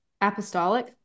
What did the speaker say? Apostolic